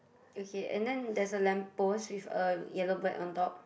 okay and then there's a lamp post with a yellow bird on top